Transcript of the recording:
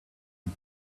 and